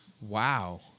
Wow